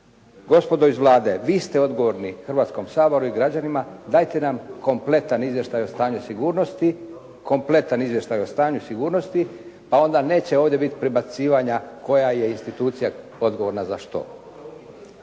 Gospodo iz Vlade, vi ste odgovorni Hrvatskom saboru i građanima, dajte nam kompletan izvještaj o stanju sigurnosti pa onda neće ovdje biti prebacivanja koja je institucija odgovorna za što.